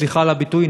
סליחה על הביטוי,